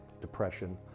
depression